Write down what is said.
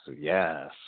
Yes